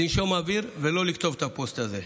לנשום אוויר ולא לכתוב את הפוסט הזה.